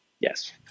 Yes